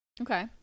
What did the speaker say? okay